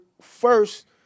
first